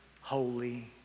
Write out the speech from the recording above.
Holy